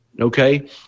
Okay